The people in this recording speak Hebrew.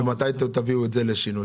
מתי תביאו את זה לכדי שינוי?